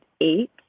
eight